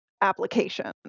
application